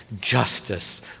Justice